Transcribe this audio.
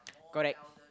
correct